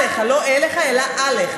עליך, לא אליך, אלא עליך.